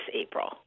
April